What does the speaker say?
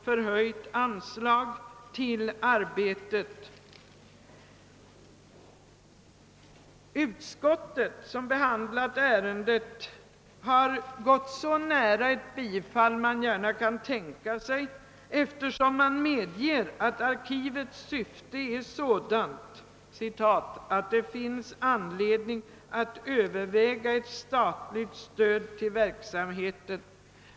förhöjt anslag till detta arbete. Statsutskottet har vid sin behandling av ärendet gått så nära ett bifall som man gärna kan tänka sig, eftersom ut skottet medger att arkivets syfte är sådant »att det finns anledning att överväga ett statligt stöd till verksamheten».